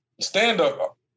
stand-up